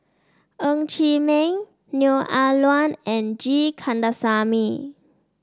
Ng Chee Meng Neo Ah Luan and G Kandasamy